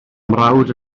mrawd